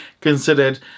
considered